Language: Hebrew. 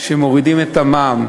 שמורידים את המע"מ.